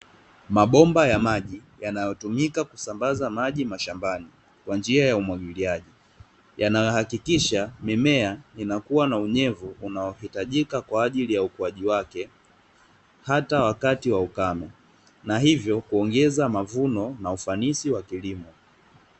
Mabomba ya maji yanayotumika kusambaza maji mashambani kwa njia ya umwagiliaji, yanayohakikisha mimea inakua na unyevu unaohitajika kwaajili ya ukuaji wake hata wakati wa ukame, na hivyo kuongeza mavuno na ufanisi wa kilimo.